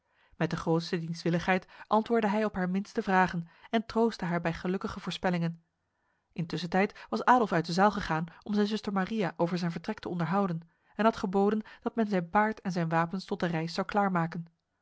met de grootste dienstwilligheid antwoordde hij op haar minste vragen en troostte haar bij gelukkige voorspellingen intussentijd was adolf uit de zaal gegaan om zijn zuster maria over zijn vertrek te onderhouden en had geboden dat men zijn paard en zijn wapens tot de reis zou